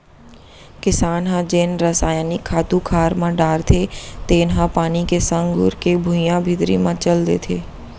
किसान ह जेन रसायनिक खातू खार म डारथे तेन ह पानी के संग घुरके भुइयां भीतरी म चल देथे